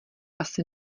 asi